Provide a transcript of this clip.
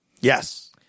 Yes